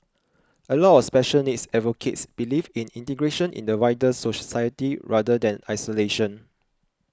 a lot of special needs advocates believe in integration in the wider society rather than isolation